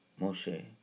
Moshe